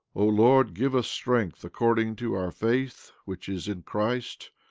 o lord, give us strength according to our faith which is in christ,